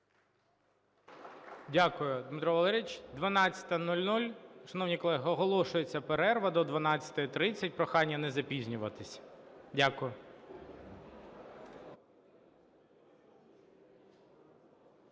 Дякую, Дмитро Валерійович. 12:00. Шановні колеги, оголошується перерва до 12:30. Прохання не запізнюватись. Дякую.